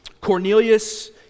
Cornelius